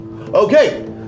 Okay